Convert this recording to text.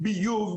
ביוב,